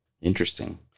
Interesting